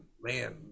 man